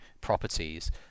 properties